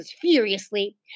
furiously